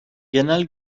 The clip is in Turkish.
genel